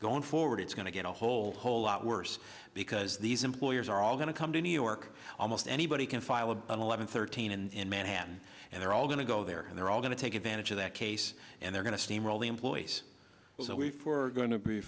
going forward it's going to get a whole whole lot worse because these employers are all going to come to new york almost anybody can file a an eleven thirteen and in manhattan and they're all going to go there and they're all going to take advantage of that case and they're going to steamroll the employees so we were going to be